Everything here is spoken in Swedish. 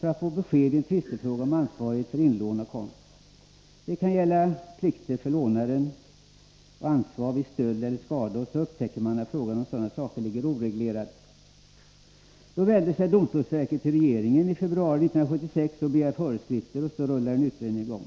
för att få besked i en tvistefråga om ansvarighet för inlånad konst. Det kan gälla plikter för lånaren och ansvar vid stöld eller skador. Man upptäcker då att frågan om sådana saker ligger oreglerad. I februari 1976 vänder sig domstolsverket till regeringen och begär föreskrifter, och så rullar en utredning i gång.